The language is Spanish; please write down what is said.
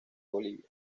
bolivia